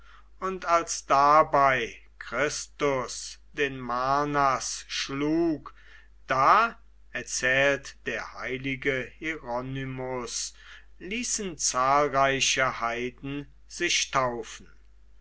und als dabei christus den marnas schlug da erzählt der heilige hieronymus ließen zahlreiche heiden sich taufen